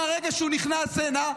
מהרגע שהוא נכנס הנה,